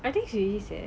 I think she is eh